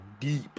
deep